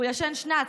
הוא ישן שנ"ץ,